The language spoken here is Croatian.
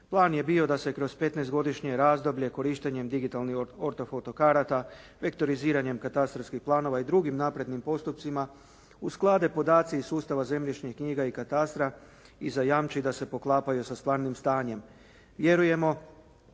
Plan je bio da se kroz 15-godišnje razdoblje korištenjem digitalnih orto foto karata, lektoriziranjem katastarskih planova i drugim naprednim postupcima usklade podaci iz sustava zemljišnih knjiga i katastra i zajamči da se poklapaju sa stvarnim stanjem. Vjerujemo